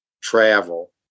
travel